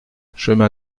chemin